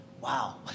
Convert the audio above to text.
wow